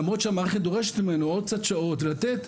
למרות שמערכת דורשת ממנו עוד קצת שעות ולתת,